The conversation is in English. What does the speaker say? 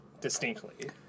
distinctly